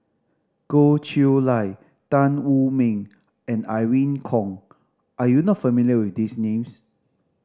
Goh Chiew Lye Tan Wu Meng and Irene Khong are you not familiar with these names